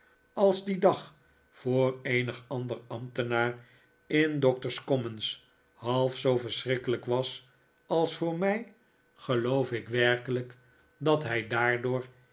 als die dag voor eenig ander ambtenaar in doctor's commons half zoo verschrikkelijk was als voor mij geloof ik werkelijk dat hij daardoor